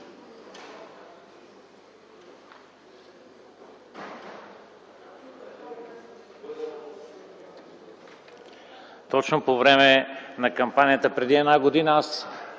Точно по време на кампанията преди една година,